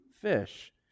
fish